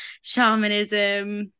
shamanism